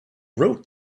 wrote